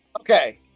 Okay